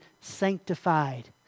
sanctified